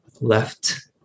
left